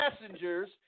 messengers